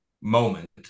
Moment